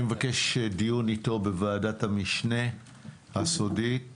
מבקש דיון איתו בוועדת המשנה הסודית.